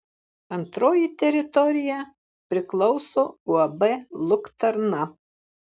antroji teritorija priklauso uab luktarna